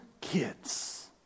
kids